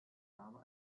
java